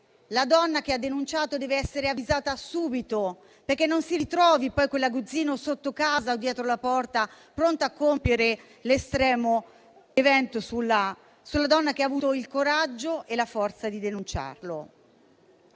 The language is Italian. la donna che ha denunciato deve essere avvisata subito perché non si ritrovi poi quell'aguzzino sotto casa o dietro la porta, pronto a compiere l'estremo evento sulla donna che ha avuto il coraggio e la forza di denunciarlo.